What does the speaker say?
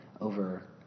over